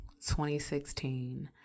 2016